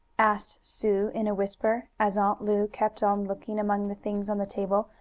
asked sue, in a whisper, as aunt lu kept on looking among the things on the table,